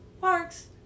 park's